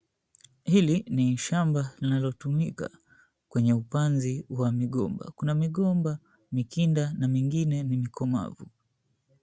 Hili ni shamba linalotumika kwenye upanzi wa migomba. Kuna migomba mikinda na mingine ni mikomavu.